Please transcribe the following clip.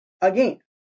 again